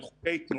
של חוקי תנועה,